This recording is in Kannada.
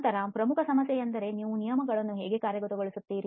ನಂತರ ಪ್ರಮುಖ ಸಮಸ್ಯೆ ಎಂದರೆ ನಾವು ನಿಯಮಗಳನ್ನು ಹೇಗೆ ಕಾರ್ಯಗತಗೊಳಿಸುತ್ತೇವೆ